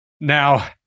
Now